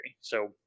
So-